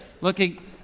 looking